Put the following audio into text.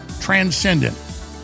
transcendent